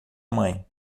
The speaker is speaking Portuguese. mãe